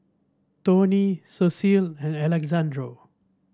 Toney Cecil and Alexandro